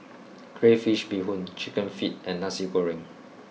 crayfish Beehoon chicken feet and Nasi Goreng